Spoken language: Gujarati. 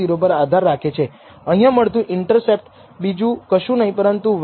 તેથી નૉરમલાઈઝેશન ટકાવારીના કેટલાક અર્થમાં જે સૂચવે છે તે SSE એ વૈકલ્પિક પૂર્વધારણા માટે મેળવેલી એરર છે